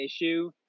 issue